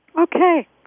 Okay